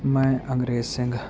ਮੈਂ ਅੰਗਰੇਜ਼ ਸਿੰਘ